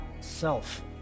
self